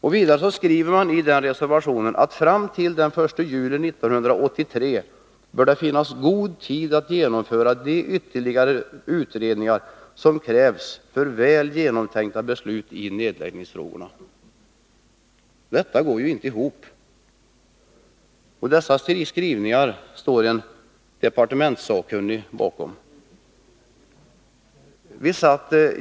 I reservationen skriver man vidare att det fram till den 1 juli 1983 bör finnas god tid att genomföra de ytterligare utredningar som krävs för väl genomtänkta beslut i nedläggningsfrågorna. Detta går ju inte ihop. Och dessa skrivningar står en departementssakkunnig bakom!